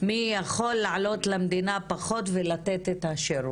מי יכול לעלות למדינה פחות ולתת את השירות.